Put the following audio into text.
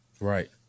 right